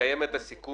יהיה מצב